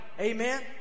Amen